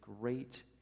great